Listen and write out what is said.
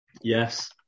Yes